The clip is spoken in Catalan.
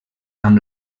amb